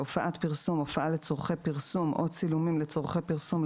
"הופעת פרסום" הופעה לצורכי פרסום או צילומים לצורכי פרסום.,